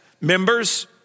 Members